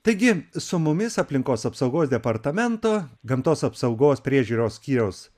taigi su mumis aplinkos apsaugos departamento gamtos apsaugos priežiūros skyriaus